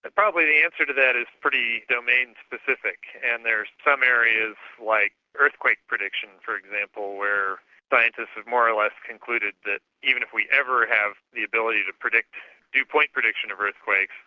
but probably the answer to that is pretty domain-specific, and there's some areas like earthquake predictions for example, where scientists more or less concluded that even if we ever have the ability to predict due point prediction of earthquakes,